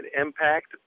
impact